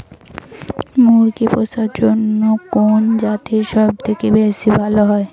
মুরগি পুষার জন্য কুন জাতীয় সবথেকে বেশি লাভ হয়?